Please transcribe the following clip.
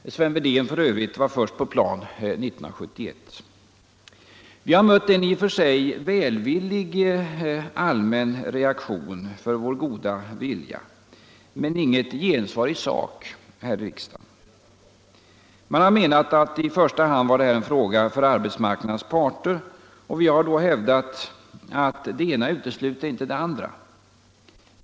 Sven Wedén var f. ö. först på plan 1971. Vi har mött en i och för sig välvillig allmän reaktion för vår goda vilja men inget gensvar i sak här i riksdagen. Man har menat att det här i första hand var en fråga för arbetsmarknadens parter. Vi har då hävdat att det ena inte utesluter det andra.